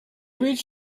reach